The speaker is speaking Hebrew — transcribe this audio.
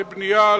לבנייה,